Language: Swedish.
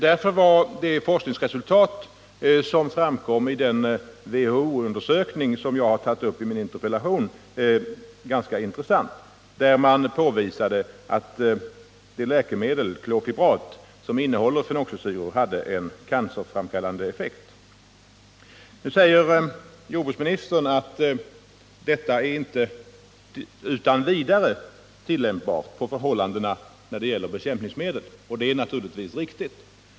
Därför var det forskningsresultat som framkom i den WHO-undersökning som jag tagit upp i min interpellation ganska intressant. Den påvisade att läkemedlet klofibrat, som innehåller fenoxisyror, hade cancerframkallande effekt. Nu säger jordbruksministern att dessa resultat inte utan vidare är tillämpbara på förhållandena när det gäller bekämpningsmedel, och det är naturligtvis riktigt.